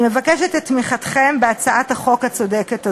אני מבקשת את תמיכתם בהצעת החוק הצודקת הזאת.